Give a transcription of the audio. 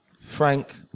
Frank